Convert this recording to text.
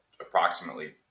approximately